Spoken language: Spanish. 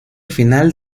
final